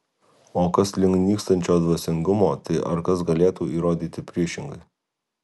o kas link nykstančio dvasingumo tai ar kas galėtų įrodyti priešingai